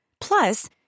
Plus